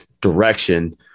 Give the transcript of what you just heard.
direction